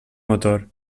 motor